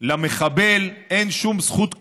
למחבל אין שום זכות קנויה,